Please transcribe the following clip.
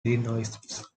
illinois